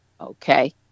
Okay